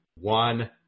one